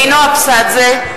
(קוראת בשמות חברי הכנסת) נינו אבסדזה,